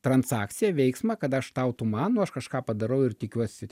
transakciją veiksmą kad aš tau tu man o aš kažką padarau ir tikiuosi